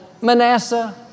Manasseh